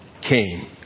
came